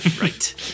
Right